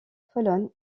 pologne